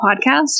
podcast